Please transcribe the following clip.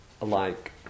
alike